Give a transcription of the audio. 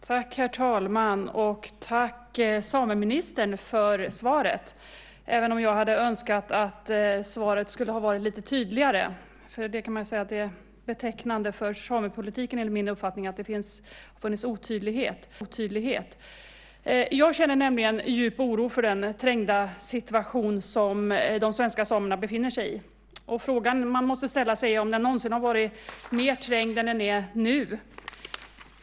Herr talman! Tack, sameministern, för svaret, även om jag hade önskat att svaret skulle ha varit lite tydligare. Det är betecknande för samepolitiken, enligt min uppfattning, att det har funnits otydlighet. Jag känner djup oro för den trängda situation som de svenska samerna befinner sig i. Frågan man måste ställa sig är om den någonsin har varit mer trängd än den är nu.